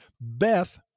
beth